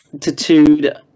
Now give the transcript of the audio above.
tattooed